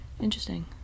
Interesting